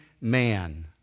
man